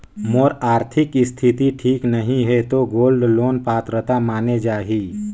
मोर आरथिक स्थिति ठीक नहीं है तो गोल्ड लोन पात्रता माने जाहि?